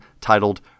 titled